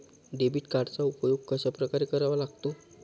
Debit कार्डचा उपयोग कशाप्रकारे करावा लागतो?